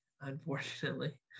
unfortunately